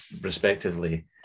respectively